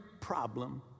problem